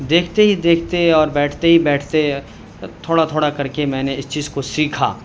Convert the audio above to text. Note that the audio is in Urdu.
دیکھتے ہی دیکھتے اور بیٹھتے ہی بیٹھتے تھوڑا تھوڑا کر کے میں نے اس چیز کو سیکھا